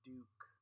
Duke